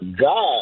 God